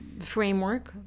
framework